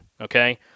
okay